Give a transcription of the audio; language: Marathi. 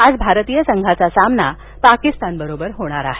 आज भारतीय संघाचा सामना आपला पाकिस्तानबरोबर होणार आहे